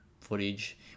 footage